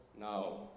now